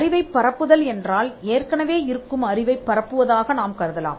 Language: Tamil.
அறிவைப் பரப்புதல் என்றால் ஏற்கனவே இருக்கும் அறிவைப் பரப்புவதாக நாம் கருதலாம்